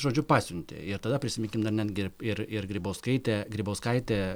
žodžiu pasiuntė ir tada prisiminkim dar netgi ir ir grybauskaitė grybauskaitė